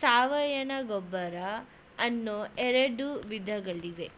ಸಾವಯವ ಗೊಬ್ಬರ ಅನ್ನೂ ಎರಡು ವಿಧಗಳಿವೆ